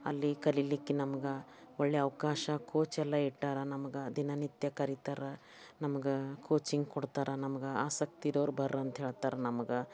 ಅಲ್ಲಿ ಕಲೀಲಿಕ್ಕೆ ನಮ್ಗೆ ಒಳ್ಳೆ ಅವಕಾಶ ಕೋಚೆಲ್ಲ ಇಟ್ಟಾರ ನಮ್ಗೆ ದಿನನಿತ್ಯ ಕರಿತಾರೆ ನಮ್ಗೆ ಕೋಚಿಂಗ್ ಕೊಡ್ತಾರಾ ನಮ್ಗೆ ಆಸಕ್ತಿ ಇರೋರು ಬರ್ರಿ ಅಂಥೇಳ್ತಾರೆ ನಮ್ಗೆ